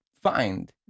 find